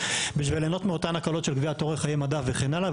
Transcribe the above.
בשביל ליהנות מאותן הקלות של קביעת אורך חיי מדף וכן הלאה.